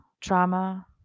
trauma